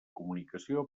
comunicació